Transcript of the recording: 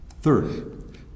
third